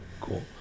cool